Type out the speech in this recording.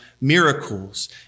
miracles